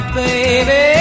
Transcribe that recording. baby